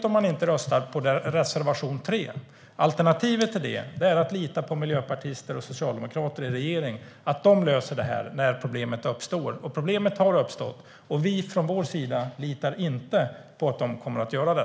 Om man inte röstar på reservation 3 är alternativet att lita på att miljöpartister och socialdemokrater i regeringen löser detta när problemet uppstår. Problemet har uppstått, och vi från vår sida litar inte på att de kommer att lösa det.